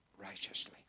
Righteously